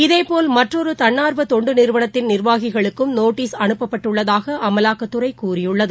இதேபோல் மற்றொரு தன்னார்வ தொண்டு நிறுவனத்தின் நிர்வாகிகளுக்கும் நோட்டீஸ் அனுப்பப்பட்டுள்ளதாக அமலாக்கத்துறை கூறியுள்ளது